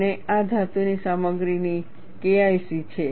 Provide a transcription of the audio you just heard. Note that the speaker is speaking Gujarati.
અને આ ધાતુની સામગ્રીની KIC છે